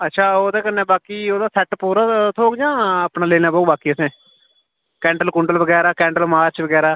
अच्छा ओह्दे कन्नै बाकी ओह्दा सैट्ट पूरा थ्होग जां अपना लैने पौग बाकी असें कैंडल कूंडल बगैरा कैंडल मार्च बगैरा